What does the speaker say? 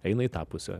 eina į tą pusę